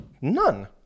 None